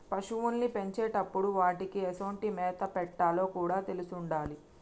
పశువుల్ని పెంచేటప్పుడు వాటికీ ఎసొంటి మేత పెట్టాలో కూడా తెలిసుండాలి